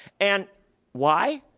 and why?